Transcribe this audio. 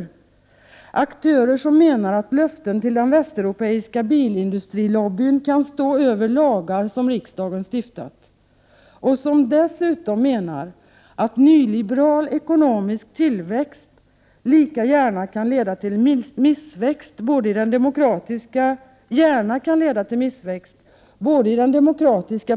Det gäller aktörer som menar att löften till den västeuropeiska bilindustrilobbyn kan stå över lagar som riksdagen har stiftat, aktörer som dessutom menar att nyliberal ekonomisk tillväxt lika gärna kan leda till missväxt både i den demokratiska